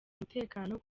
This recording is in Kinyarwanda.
umutekano